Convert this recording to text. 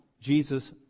Jesus